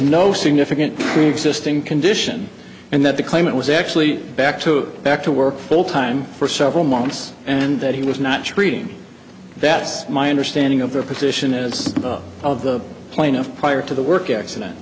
no significant preexisting condition and that the claimant was actually back to back to work full time for several months and that he was not treating that's my understanding of their position as of the plaintiff prior to the work accident